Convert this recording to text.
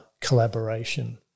collaboration